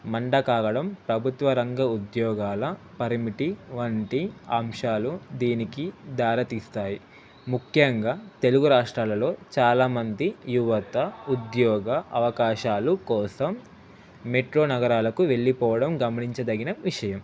మందగించడం ప్రభుత్వ రంగ ఉద్యోగాల పరిమితి వంటి అంశాలు దీనికి దారితీస్తాయి ముఖ్యంగా తెలుగు రాష్ట్రాలలో చాలామంది యువత ఉద్యోగ అవకాశాలు కోసం మెట్రో నగరాలకు వెళ్ళిపోవడం గమనించదగిన విషయం